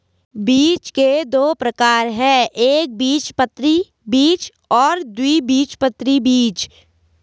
बीज के दो प्रकार है एकबीजपत्री बीज और द्विबीजपत्री बीज